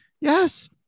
yes